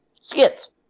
skits